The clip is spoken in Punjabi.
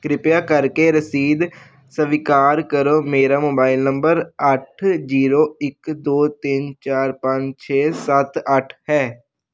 ਕ੍ਰਿਪਿਆ ਕਰਕੇ ਰਸੀਦ ਸਵੀਕਾਰ ਕਰੋ ਮੇਰਾ ਮੋਬਾਈਲ ਨੰਬਰ ਅੱਠ ਜੀਰੋ ਇੱਕ ਦੋ ਤਿੰਨ ਚਾਰ ਪੰਜ ਛੇ ਸੱਤ ਅੱਠ ਹੈ